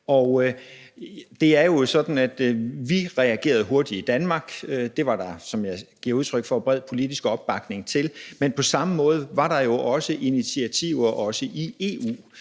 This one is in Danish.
Det er jo sådan, at vi reagerede hurtigt i Danmark; det var der, som jeg gav udtryk for, bred politisk opbakning til. Men på samme måde var der jo andre initiativer, også i EU,